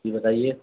جی بتائیے